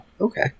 okay